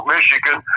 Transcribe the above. Michigan